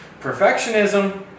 Perfectionism